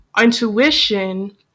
intuition